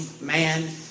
man